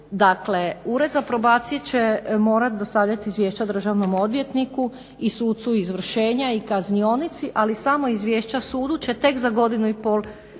Dakle, Ured za probacije će morati dostavljati izvješća državnom odvjetniku i sucu izvršenja i kaznionici ali sama izvješća sudu će tek za godinu i pol